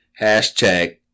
Hashtag